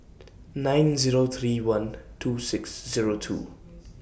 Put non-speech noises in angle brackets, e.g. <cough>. <noise> nine Zero three one <noise> two six Zero two <noise>